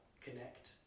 connect